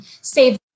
save